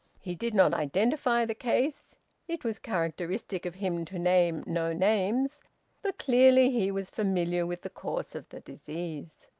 he did not identify the case it was characteristic of him to name no names but clearly he was familiar with the course of the disease.